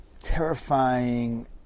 terrifying